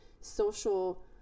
social